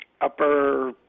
upper